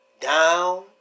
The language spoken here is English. Down